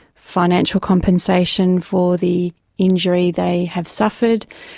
financial compensation for the injury they have suffered,